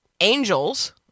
angels